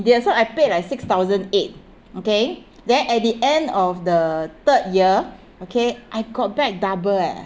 india so I paid like six thousand eight okay then at the end of the third year okay I got back double leh